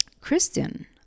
Kristen